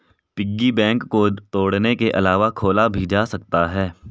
piggy bank को तोड़ने के अलावा खोला भी जा सकता है